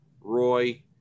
Roy